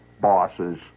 bosses